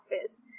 office